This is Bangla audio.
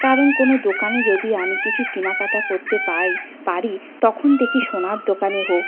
কারণ কোনো দোকানে যদি আমি কিছু কেনাকাটা করতে পাই পারি তখন দেখি সোনার দোকানে হোক